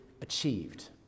achieved